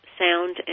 sound